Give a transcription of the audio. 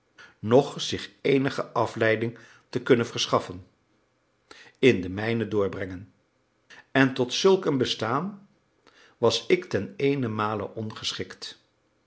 noch zich eenige afleiding te kunnen verschaffen in de mijn doorbrengen en tot zulk een bestaan was ik ten